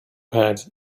pad